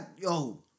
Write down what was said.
yo